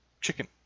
Chicken